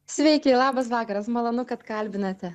sveiki labas vakaras malonu kad kalbinate